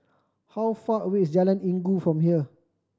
how far away is Jalan Inggu from here